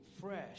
fresh